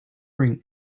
bring